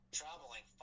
traveling